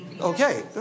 Okay